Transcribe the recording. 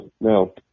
no